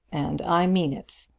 and i mean it.